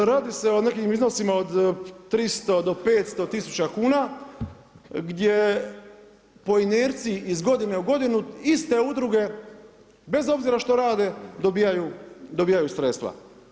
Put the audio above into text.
Radi se o nekim iznosima od 300 do 500 tisuća kuna, gdje po inerciji iz godine u godinu iste udruge bez obzira što rade dobijaju sredstva.